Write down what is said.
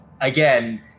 Again